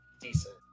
decent